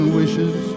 wishes